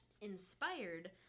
inspired